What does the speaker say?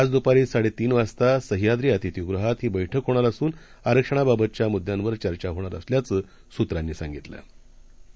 आजदुपारीसाडेतीनवाजतासह्याद्रीअतिथीगृहातहीबैठकहोणारअसूनआरक्षणाबाबतच्यामुद्यांवरचर्चाहोणारअसल्याचंसूत्रांनीसांगितलंआहे